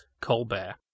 Colbert